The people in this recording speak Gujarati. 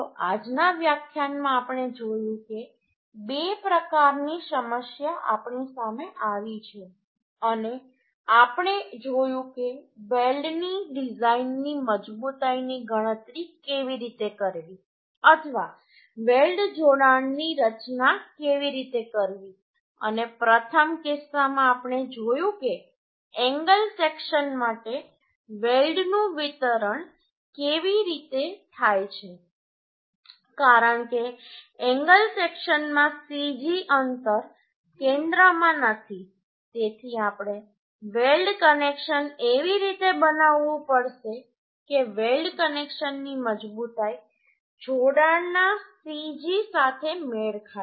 તો આજના વ્યાખ્યાનમાં આપણે જોયું કે બે પ્રકારની સમસ્યા આપણી સામે આવી છે અને આપણે જોયું કે વેલ્ડની ડિઝાઈનની મજબૂતાઈની ગણતરી કેવી રીતે કરવી અથવા વેલ્ડ જોડાણની રચના કેવી રીતે કરવી અને પ્રથમ કિસ્સામાં આપણે જોયું કે એંગલ સેક્શન માટે વેલ્ડનું વિતરણ કેવી રીતે થાય છે કારણ કે એંગલ સેક્શનમાં cg અંતર કેન્દ્રમાં નથી તેથી આપણે વેલ્ડ કનેક્શન એવી રીતે બનાવવું પડશે કે વેલ્ડ કનેક્શનની મજબૂતાઈ જોડાણના cg સાથે મેળ ખાય